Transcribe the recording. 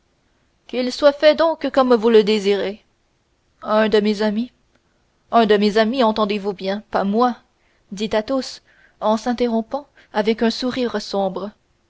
qu'il soit fait donc comme vous le désirez un de mes amis un de mes amis entendez-vous bien pas moi dit athos en s'interrompant avec un sourire sombre